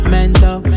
Mental